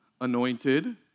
anointed